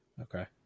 okay